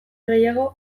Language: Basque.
gehiago